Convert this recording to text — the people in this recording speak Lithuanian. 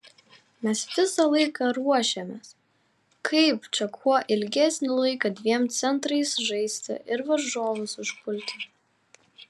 mes visą laiką ruošėmės kaip čia kuo ilgesnį laiką dviem centrais žaisti ir varžovus užpulti